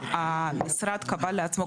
המשרד קבע לעצמו,